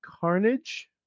carnage